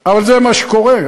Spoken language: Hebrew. הרי זה מה שקורה.